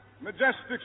majestic